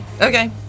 Okay